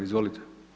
Izvolite.